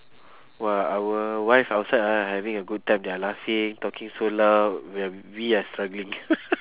!wah! our wife outside ah having a good time they're laughing talking so loud when we are struggling